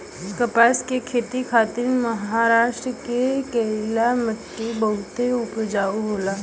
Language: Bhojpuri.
कपास के खेती खातिर महाराष्ट्र के करिया मट्टी बहुते उपजाऊ होला